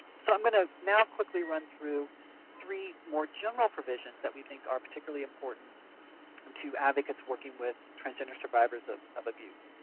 so i'm going to now quickly run through three more general provisions that we think are particularly and to advocates working with transgender survivors of of abuse.